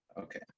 Okay